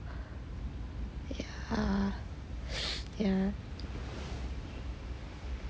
ah yeah